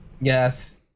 Yes